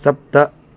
सप्त